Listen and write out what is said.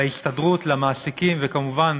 להסתדרות, למעסיקים, וכמובן